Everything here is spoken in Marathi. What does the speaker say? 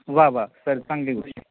वा वा सर चांगली गोष्ट